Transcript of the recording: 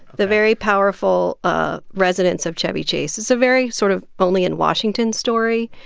the very powerful ah residents of chevy chase. it's a very sort of only-in-washington story.